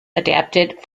adapted